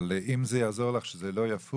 אם זה יעזור לך שזה לא יפוג,